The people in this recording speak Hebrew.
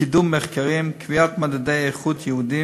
קידום מחקרים וקביעת מדדי איכות ייעודיים